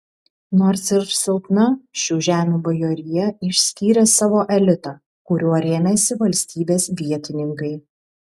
nors ir silpna šių žemių bajorija išskyrė savo elitą kuriuo rėmėsi valstybės vietininkai